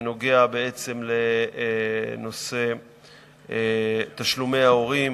שנוגע בעצם לנושא תשלומי ההורים